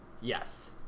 yes